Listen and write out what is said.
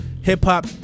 hip-hop